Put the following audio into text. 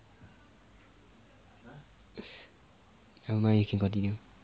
nevermind you can continue